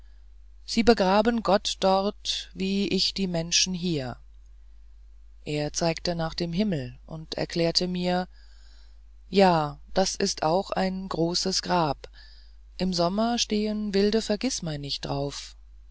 sie begraben gott dort wie ich die menschen hier er zeigte nach dem himmel und erklärte mir ja das ist auch ein großes grab im sommer stehen wilde vergißmeinnicht drauf